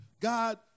God